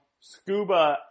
scuba